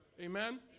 Amen